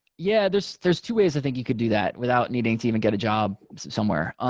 yeah. there's there's two ways i think you could do that without needing to even get a job somewhere.